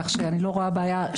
כך שאני לא רואה בעיה.